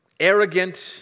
Arrogant